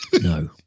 No